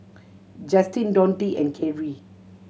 Justin Donte and Carey